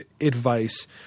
advice